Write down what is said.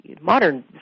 modern